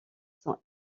sont